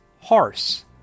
horse